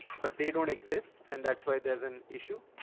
but they don't exist. and that's why there's an issue.